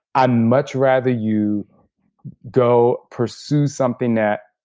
ah much rather you go pursue something that